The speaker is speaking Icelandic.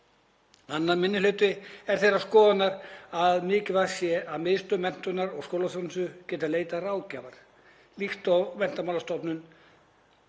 Annar minni hluti er þeirrar skoðunar að mikilvægt sé að Miðstöð menntunar og skólaþjónustu geti leitað ráðgjafar, líkt og Menntamálastofnun,